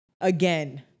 again